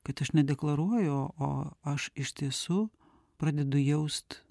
kad aš nedeklaruoju o aš iš tiesų pradedu jaust